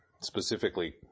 specifically